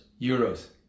Euros